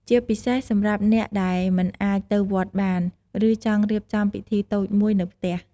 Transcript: ជាពិសេសសម្រាប់អ្នកដែលមិនអាចទៅវត្តបាន ឬចង់រៀបចំពិធីតូចមួយនៅផ្ទះ។